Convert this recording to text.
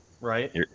right